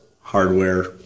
Hardware